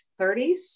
30s